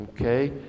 Okay